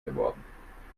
geworden